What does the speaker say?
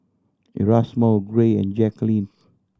Erasmo Gray and Jacquline